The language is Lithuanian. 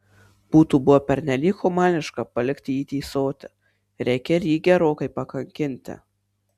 būtų buvę pernelyg humaniška palikti jį tįsoti reikia ir jį gerokai pakankinti